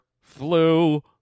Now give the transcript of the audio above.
flu